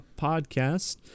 podcast